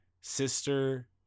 sister